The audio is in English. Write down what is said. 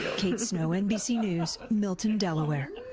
kate snow, nbc news, milton, delaware.